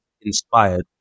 inspired